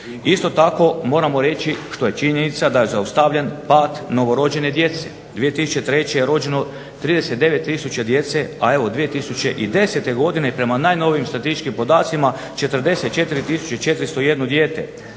Isto tako moramo reći što je činjenica da je zaustavljen pad novorođene djece, 2003. je rođeno 39 tisuća djece, a evo 2010. godine prema najnovijim statističkim podacima 44 tisuće 401 dijete.